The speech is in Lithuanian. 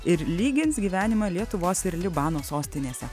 ir lygins gyvenimą lietuvos ir libano sostinėse